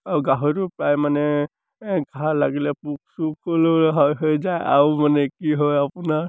আৰু গাহৰিটো প্ৰায় মানে ঘা লাগিলে পোক চোক হ'লেও হয় হৈ যায় আৰু মানে কি হয় আপোনাৰ